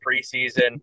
preseason